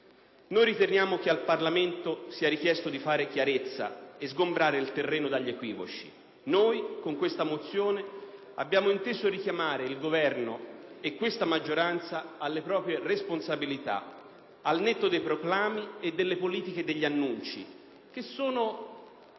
sole. Riteniamo che al Parlamento sia richiesto di fare chiarezza e di sgombrare il terreno dagli equivoci. Noi, con questa mozione, abbiamo inteso richiamare il Governo e la maggioranza alle proprie responsabilità, al netto dei proclami e delle politiche degli annunci, che sono